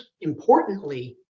importantly